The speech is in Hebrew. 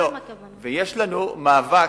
לא, הכוונה, יש לנו מאבק,